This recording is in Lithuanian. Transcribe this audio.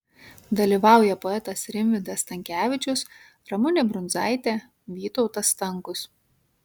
dalyvauja poetas rimvydas stankevičius ramunė brundzaitė vytautas stankus